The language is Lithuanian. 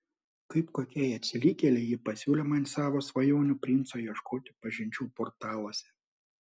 kaip kokiai atsilikėlei ji pasiūlė man savo svajonių princo ieškoti pažinčių portaluose